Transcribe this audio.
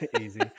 easy